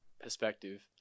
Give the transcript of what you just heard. perspective